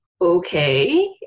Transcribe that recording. okay